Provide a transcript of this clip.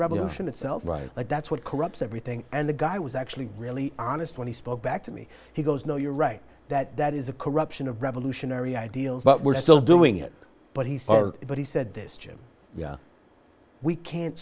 revolution itself that that's what corrupts everything and the guy was actually really honest when he spoke back to me he goes no you're right that that is a corruption of revolutionary ideals but we're still doing it but he's but he said this jim we can't